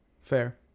Fair